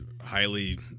highly